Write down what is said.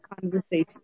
conversation